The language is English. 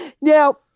Now